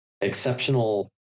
exceptional